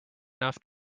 enough